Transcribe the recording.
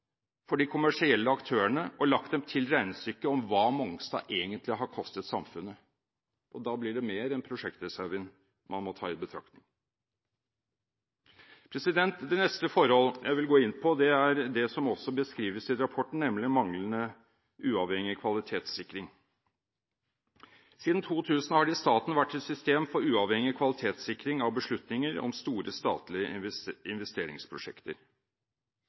for de kommersielle aktørene til regnestykket om hva Mongstad egentlig har kostet samfunnet. Da blir det mer enn prosjektreserven man må ta i betraktning. Det neste forhold jeg vil gå inn på, er det som også beskrives i rapporten, nemlig manglende uavhengig kvalitetssikring. Siden 2000 har det i staten vært et system for uavhengig kvalitetssikring av beslutninger om store statlige investeringsprosjekter.